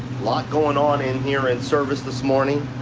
lot going on in here in service this morning.